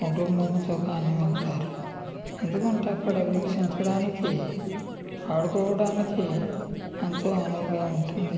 కుటుంబంతో కాని వెళతారు ఎందుకంటే అక్కడ వీక్షించడానికి ఆడుకోవడానికి ఎంతో అనువుగా ఉంటుంది